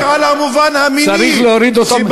חשב רק על המובן המיני, צריך להוריד אותם,